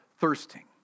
thirsting